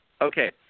Okay